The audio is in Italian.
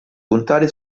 puntare